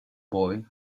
boy